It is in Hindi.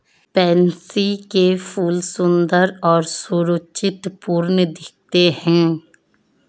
पैंसी के फूल सुंदर और सुरुचिपूर्ण दिखते हैं